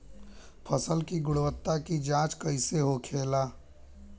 फसल की गुणवत्ता की जांच कैसे होखेला?